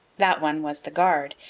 that one was the guard,